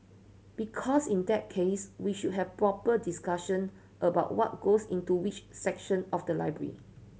because in that case we should have proper discussion about what goes into which section of the library